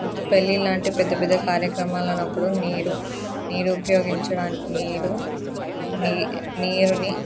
పెళ్ళిళ్ళు లాంటి పెద్ద పెద్ద కార్యక్రమాలు అన్నప్పుడు నీరు నీరు ఉపయోగించడాని నీరు నీ నీరుని